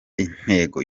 intego